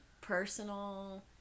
personal